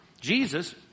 jesus